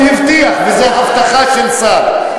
הוא הבטיח, וזה הבטחה של שר.